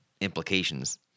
implications